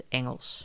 Engels